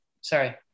Sorry